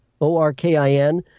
O-R-K-I-N